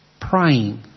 praying